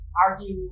argue